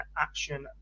action